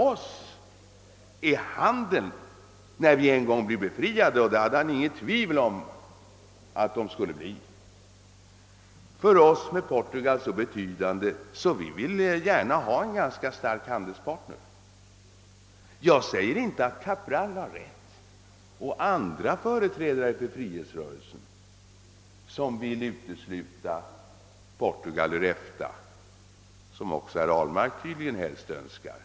Cabral fortsatte: »När vi en gång blir befriade» — det hade han inget tvivel om att de skulle bli — »är handeln med Portugal så betydelsefull för oss att vi gärna vill ha en stark handelspartner.» Jag påstår inte att Cabral har rätt och inte heller att andra företrädare för frihetsrörelsen har det, när de vill utesluta Portugal ur EFTA — vilket också herr Ahlmark tydligen helst önskar.